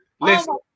listen